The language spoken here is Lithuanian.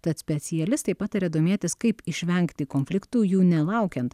tad specialistai pataria domėtis kaip išvengti konfliktų jų nelaukiant